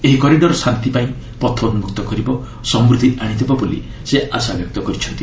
ଏହି କରିଡର୍ ଶାନ୍ତି ପାଇଁ ପଥ ଉନ୍କକ୍ତ କରିବ ଓ ସମୃଦ୍ଧି ଆଶିଦେବ ବୋଲି ସେ ଆଶା ବ୍ୟକ୍ତ କରିଛନ୍ତି